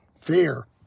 Fear